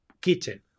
kitchen